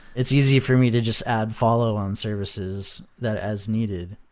it's easy for me to just add follow on services that as needed.